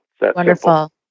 Wonderful